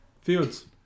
Fields